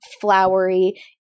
flowery